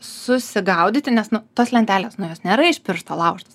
susigaudyti nes nu tos lentelės nu jos nėra iš piršto laužtos